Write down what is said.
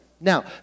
Now